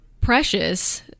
precious